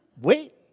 Wait